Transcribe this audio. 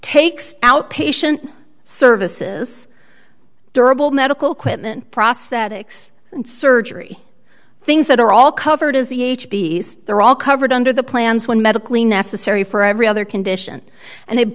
takes outpatient services durable medical equipment prosthetics surgery things that are all covered is the h b they're all covered under the plans one medically necessary for every other condition and they